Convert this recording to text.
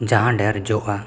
ᱡᱟᱦᱟᱸ ᱰᱷᱮᱨ ᱡᱚᱜᱼᱟ